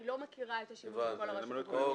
אני לא מכירה את השימוש בכל הרשויות המקומיות.